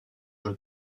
jeu